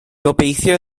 gobeithio